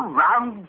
round